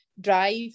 drive